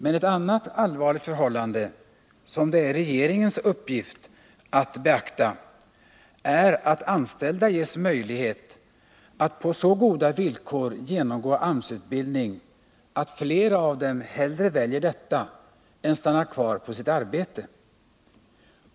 Men ett annat allvarligt förhållande, som det är regeringens uppgift att beakta, är att anställda ges möjlighet att på så goda villkor genomgå AMS-utbildning, att flera av dem hellre väljer detta än stannar kvar på sitt arbete.